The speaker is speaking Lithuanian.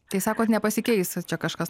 tai sakot nepasikeis čia kažkas